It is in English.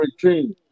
team